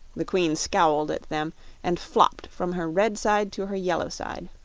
the queen scowled at them and flopped from her red side to her yellow side.